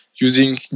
using